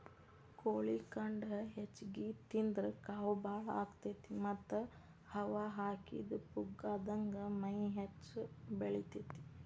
ಕೋಳಿ ಖಂಡ ಹೆಚ್ಚಿಗಿ ತಿಂದ್ರ ಕಾವ್ ಬಾಳ ಆಗತೇತಿ ಮತ್ತ್ ಹವಾ ಹಾಕಿದ ಪುಗ್ಗಾದಂಗ ಮೈ ಹೆಚ್ಚ ಬೆಳಿತೇತಿ